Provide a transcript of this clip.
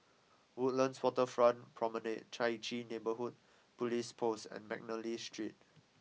Woodlands Waterfront Promenade Chai Chee Neighbourhood Police Post and McNally Street